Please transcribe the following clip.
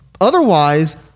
Otherwise